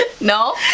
No